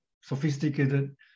sophisticated